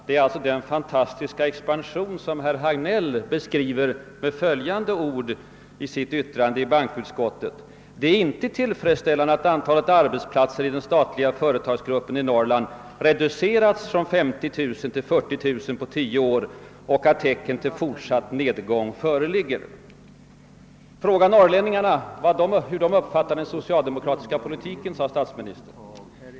Det är samma »fantastiska expansion» som herr Hagnell i sitt yttrande inom bankoutskottet beskriver med följande ord: »Det är inte tillfredsställande att antalet arbetsplatser inom den statliga företagsgruppen i Norrland reducerats från 50 000 till 40 000 på tio år och att tecken till fortsatt nedgång föreligger.» Fråga norrlänningarna hur de uppfattar den socialdemokratiska politiken, sade statsministern.